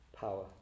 power